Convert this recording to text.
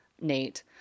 Nate